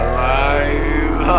Alive